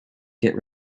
git